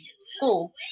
school